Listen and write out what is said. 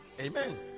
Amen